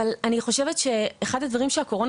אבל אני חושבת שאחד הדברים שהקורונה